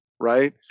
right